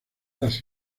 las